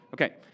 Okay